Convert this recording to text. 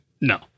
No